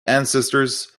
ancestors